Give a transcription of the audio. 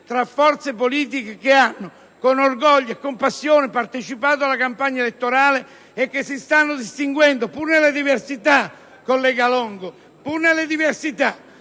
tra forze politiche che hanno con orgoglio e con passione partecipato alla campagna elettorale e che si stanno distinguendo, pur nelle diversità, collega Longo, per il rispetto